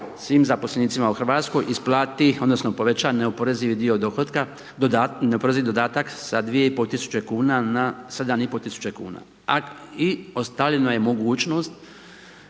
svim zaposlenicima u Hrvatskoj isplati, odnosno, povećava neoporezivi dio dohotka, neoporezivi dodatak sa 2,5 tisuće kn, na 7,5 tisuće kn. A i ostavljena je mogućnost